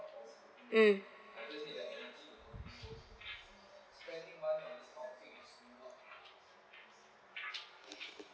mm